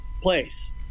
place